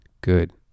good